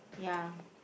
ya